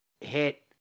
hit